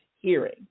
hearing